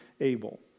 Abel